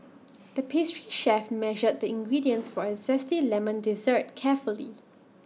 the pastry chef measured the ingredients for A Zesty Lemon Dessert carefully